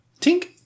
Tink